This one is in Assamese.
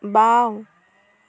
বাওঁ